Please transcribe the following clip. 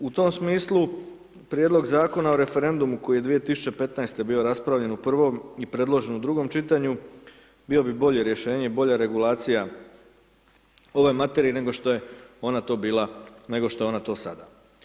U tom smislu, Prijedlog Zakona o referendumu koji je 2015. bio raspravljen u prvom i predložen u drugom čitanju, bio bi bolje rješenje, i bolja regulacija ove materije nego što je ona to bila, nego što je ona to sada.